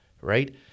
right